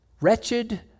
Wretched